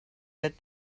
that